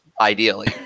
ideally